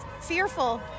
fearful